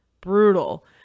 Brutal